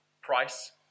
price